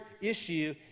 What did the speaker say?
issue